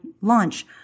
launch